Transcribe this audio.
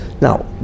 Now